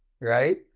right